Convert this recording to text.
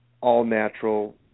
all-natural